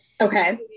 Okay